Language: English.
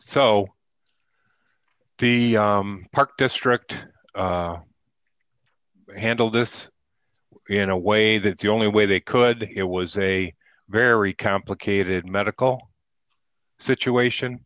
so the park district handled this in a way that the only way they could it was a very complicated medical situation